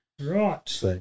Right